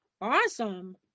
Awesome